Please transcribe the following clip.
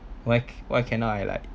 why why cannot I like